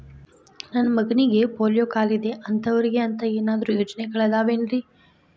ನನ್ನ ಮಗನಿಗ ಪೋಲಿಯೋ ಕಾಲಿದೆ ಅಂತವರಿಗ ಅಂತ ಏನಾದರೂ ಯೋಜನೆಗಳಿದಾವೇನ್ರಿ?